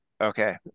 okay